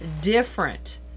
different